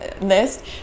list